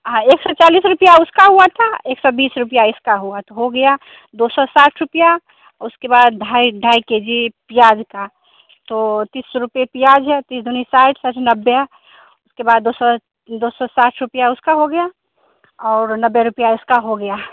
हाँ एक सौ चालीस रुपया उसका हुआ था एक सौ बीस रुपया इसका हुआ तो हो गया दो सौ साठ रुपया उसके बाद ढाई ढाई केजी प्याज का तो तीस रुपए प्याज है तीस दुनी साठ साठ नब्बे उसके बाद दो सौ दो साठ रुपया उसका हो गया और नब्बे रुपया उसका हो गया